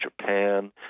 Japan